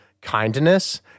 Kindness